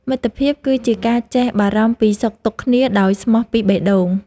មិត្តភាពគឺជាការចេះបារម្ភពីសុខទុក្ខគ្នាដោយស្មោះពីបេះដូង។